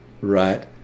right